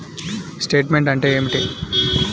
Statement అంటే ఏమిటి?